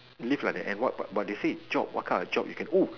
live like that and what what but they said job what kind of job you can move